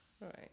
Right